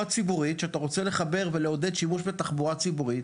ציבורית - כשאתה רוצה ולעודד שימוש בתחבורה ציבורית